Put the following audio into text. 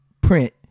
print